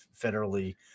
federally